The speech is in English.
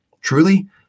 Truly